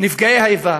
נפגעי האיבה,